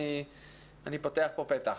אני פותח פה פתח.